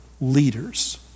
leaders